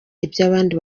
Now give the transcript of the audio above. iby’abandi